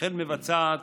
וכן מבצעת